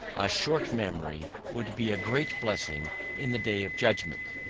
a short memory would be a great blessing in the day of judgment.